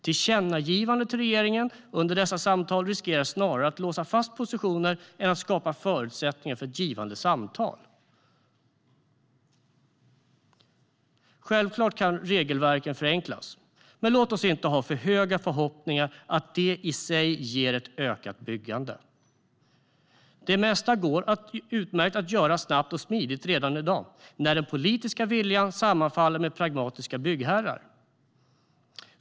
Tillkännagivanden till regeringen under dessa samtal riskerar snarare att låsa fast positioner än att skapa förutsättningar för ett givande samtal. Självklart kan regelverken förenklas, men låt oss inte ha för höga förhoppningar på att det i sig ger ett ökat byggande. Det mesta går utmärkt att göra snabbt och smidigt redan i dag, när den politiska viljan sammanfaller med pragmatiska byggherrars vilja.